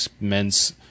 men's